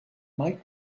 might